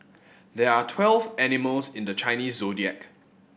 there are twelve animals in the Chinese Zodiac